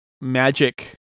magic